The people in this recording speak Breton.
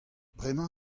bremañ